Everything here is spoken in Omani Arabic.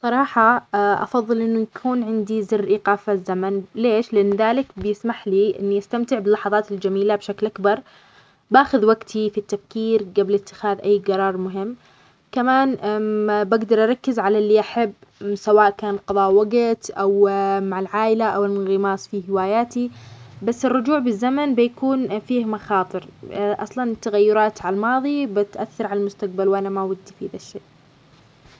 صراحة أفضل إنه يكون عندي زر إيقاف الزمن، ليش؟ لأن ذلك بيسمح لي إني أستمتع باللحظات الجميلة بشكل أكبر، بأخذ وقتي في التفكير قبل اتخاذ أي قرار مهم كمان، بقدر أركز على إللي أحب سواء كان قضاء وقت أو مع العائلة أو الانغماس في هواياتي، بس الرجوع بالزمن بيكون فيه مخاطر، أصلا التغيرات على الماضي بتأثر على المستقبل، وأنا ما ودي فيه ذا الشيء.